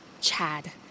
Chad